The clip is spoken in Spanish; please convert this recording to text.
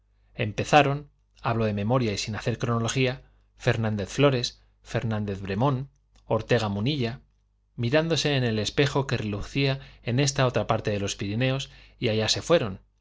empezaron hablo de memoria y sin hacer cr onolojría fernández flores fer nández bremón ortega munilla mirríndo se en el espejo que relucía en esta otra parte de los pirineos y allá se fueron